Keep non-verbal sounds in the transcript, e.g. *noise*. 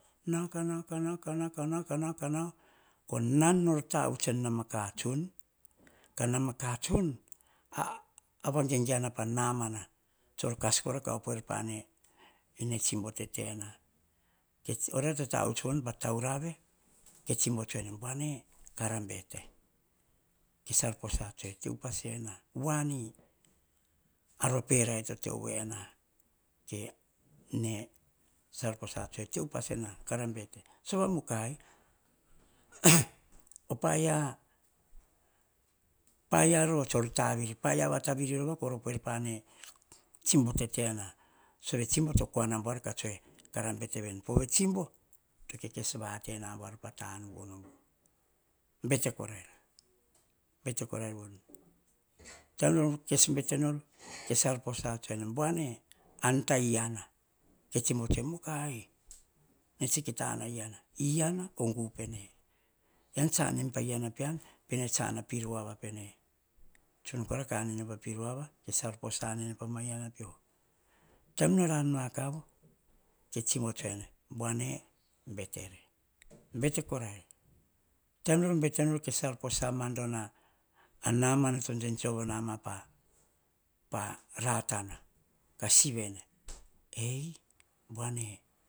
Nau kah naunauo kah, naunauo kah naunauo, ko nan nor tavuts en nama katsun, kanama katsun a-avana vagegeana pah namana tsoer kas kora kah opoer pane, ine tsibo tete na. Oria toh tavuts von pah tauravi ke tsibo tsoene, buane kara bete. Ke salposa tsoene tso pa sena, woani? Ar vape rai tote o voina ke *unintelligible* salposa tsoe enee teupas ena, kara bete, sove mukai. *noise* o paia, paia ro tseor tavi paia vata viri rova kor poer pane tsibo tetena tsibo tokwana buar kah tsoe kara bete veni. Pove tsibo tokes vate na buar patanubunubu bete koh rai. Taim nor kes betenor, ke salposa tsoe ene buane an ta iana, iana o gu pene ean tsa anem pa iana pean pene tsa anai pah pi ruava pene. Tsun kora kah anene pa piruava peoh taim nor an vakavu. Tsibo tsoe ene bua betere, bete korai. Taim nor bete nor ke salpos madono an ruene to tsetsoe vonama paratana kah siviene, ei voane.